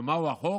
ומהו החוק?